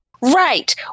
Right